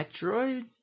Metroid